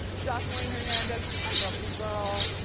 joseline hernandez, i love you girl.